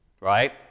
right